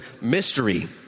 mystery